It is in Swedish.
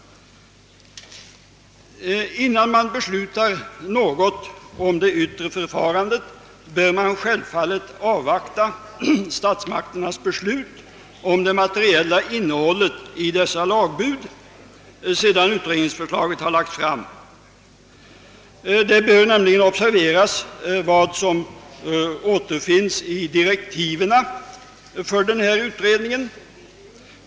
Innan man beslutar något om det yttre förfarandet bör man självfallet avvakta statsmakternas beslut om det materiella innehållet i dessa lagbud, sedan utredningsförslaget har lagts fram. Man bör nämligen observera vad som anförs i direktiven för den aktueila utredningen.